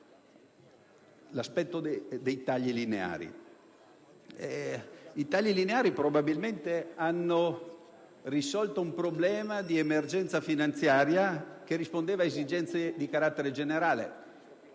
I tagli lineari hanno probabilmente risolto un problema di emergenza finanziaria che rispondeva ad esigenze di carattere generale.